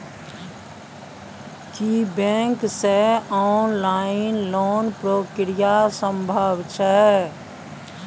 की bank से online loan के प्रक्रिया संभव छै?